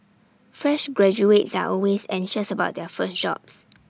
fresh graduates are always anxious about their first jobs